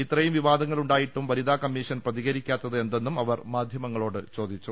ഇത്രയും വിവാദങ്ങൾ ഉണ്ടായിട്ടും വനിതാ കമ്മീഷൻ പ്രതികരിക്കാത്തത് എന്തെന്നും അവർ മാധ്യ മങ്ങളോട് ചോദിച്ചു